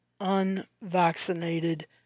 unvaccinated